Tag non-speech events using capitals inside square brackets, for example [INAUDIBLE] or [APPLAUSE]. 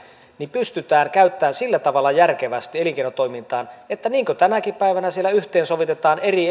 pystytään käyttämään sillä tavalla järkevästi elinkeinotoimintaan niin kuin tänäkin päivänä siellä yhteensovitetaan eri [UNINTELLIGIBLE]